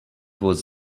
was